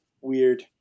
Weird